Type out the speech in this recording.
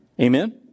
Amen